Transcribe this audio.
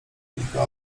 kilka